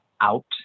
out